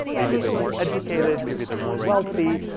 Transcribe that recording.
maybe they're more educated, maybe they're more wealthy,